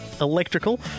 Electrical